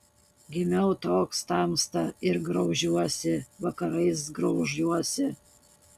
gimiau toks tamsta ir graužiuosi vakarais graužiuosi